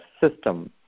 system